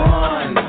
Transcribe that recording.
one